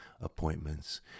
appointments